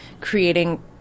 creating